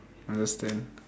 understand